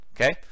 Okay